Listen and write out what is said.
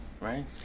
right